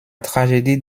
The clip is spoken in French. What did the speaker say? tragédie